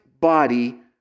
body